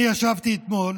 אני ישבתי אתמול